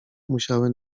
musiały